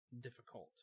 difficult